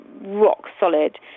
rock-solid